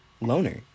loner